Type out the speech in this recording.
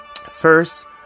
first